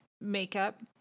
makeup